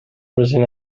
present